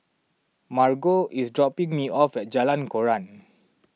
Margot is dropping me off at Jalan Koran